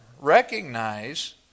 recognize